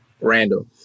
Randall